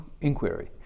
inquiry